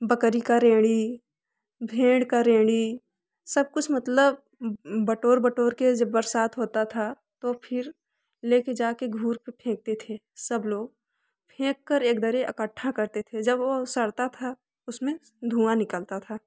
बकरी का रेंड़ी भेड़ का रेंड़ी सब कुछ मतलब बटोर बटोर कर जब बरसात होता था तो फिर ले कर जा कर घुर पर फेंकते थे सब लोग फेंक कर एक दरे एकठ्ठा करते थे जब वह सड़ता था उसमें धुआँ निकलता था